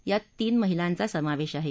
यात तीन महिलांचा समावेश आहे